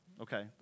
Okay